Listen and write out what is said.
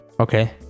Okay